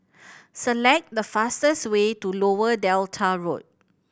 select the fastest way to Lower Delta Road